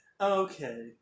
Okay